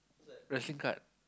Russian card